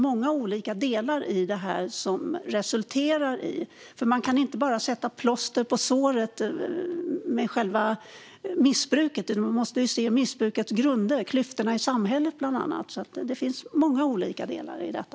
Man kan inte bara sätta plåster på såret, alltså missbruket, utan man måste se missbrukets grunder - klyftorna i samhället, bland annat. Det finns många olika delar i detta.